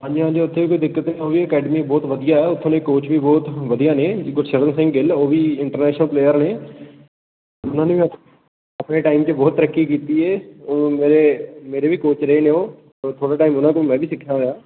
ਹਾਂਜੀ ਹਾਂਜੀ ਉੱਥੇ ਕੋਈ ਦਿੱਕਤ ਨਹੀਂ ਆਉਂਦੀ ਅਕੈਡਮੀ ਬਹੁਤ ਵਧੀਆ ਉੱਥੋਂ ਦੇ ਕੋਚ ਵੀ ਬਹੁਤ ਵਧੀਆ ਨੇ ਗੁਰਸ਼ਰਨ ਸਿੰਘ ਗਿੱਲ ਉਹ ਵੀ ਇੰਟਰਨੈਸ਼ਨਲ ਪਲੇਅਰ ਨੇ ਉਹਨਾਂ ਨੇ ਆਪਣੇ ਟਾਈਮ 'ਚ ਬਹੁਤ ਤਰੱਕੀ ਕੀਤੀ ਏ ਉਹ ਮੇਰੇ ਮੇਰੇ ਵੀ ਕੋਚ ਰਹੇ ਨੇ ਉਹ ਥ ਥੋੜ੍ਹਾ ਟਾਈਮ ਉਹਨਾਂ ਤੋਂ ਮੈਂ ਵੀ ਸਿੱਖਿਆ ਹੋਇਆ